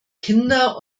kinder